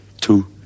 Two